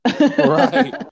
right